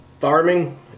Farming